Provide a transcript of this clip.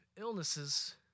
illnesses